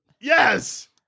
Yes